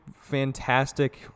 Fantastic